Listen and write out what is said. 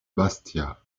bastia